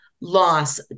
loss